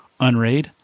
Unraid